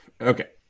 Okay